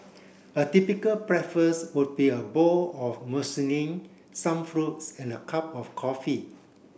a typical breakfast would be a bowl of some fruits and a cup of coffee